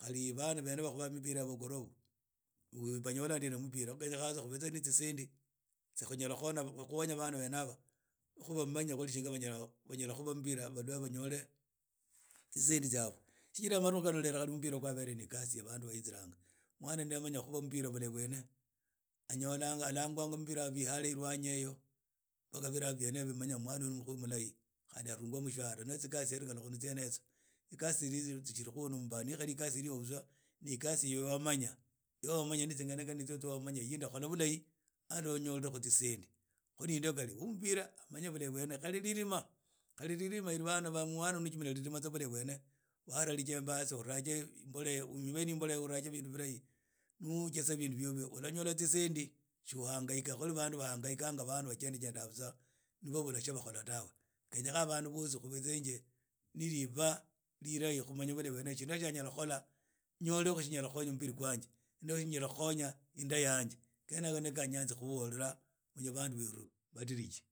khali bana bakhuba mupira bakhorwa na khunyole hena mipira na khuli ne tsisendi tsya khunyala khulhonya bana ben haba banye shinga banyala khukhuba mpira banyore tsisendi tsyabo shijira madukhu khano mpira ni ikatsi ya bandu bayinziranga bana bamanya khukhuba mpira bulahi bwene banyolanga alangangwa mbibara bia ihare ilwanyi eyo mpaka bibala bimanya mwana huyu nu mkubu mulahi na arungwa mshahara ne tsikazi kuli tsyene yitsyo tsikazi tsishri khunu mba ne tsigazi tsya wamanya mu tsinganagani tsyotsyo wamanya ni khuli hii ndakhola bilahi na wanyola khu tsisendi khu ni khari wo mupira amanye bulahi bwene khali niba ni lilima bana mwana no umanyi tsa khulima bulahi bwene rijembe uruja tsa ne imbolea yo khurja bindu bilahi ulanyola tsisendi tsiohngaika khuli bnandu ba hangaikka tsa vajendajenda khili vali ne tsindu tsa bakhola tawe kenyekh ambandu busi khube ne riba khumnya shina tya nyala khukhola tsinyala khukhonya mmbili khwanje no nyala khukhonya inda yanje ni go ya nyanza khubabola bandu banje badiriji.